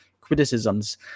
criticisms